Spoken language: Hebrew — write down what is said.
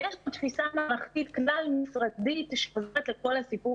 יש פה תפיסה מערכתית כלל-משרדית שעוזרת לכל הסיפור